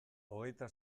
hogeita